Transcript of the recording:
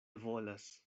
volas